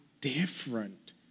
different